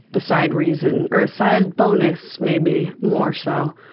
a side reason, or a side bonus, maybe, more so,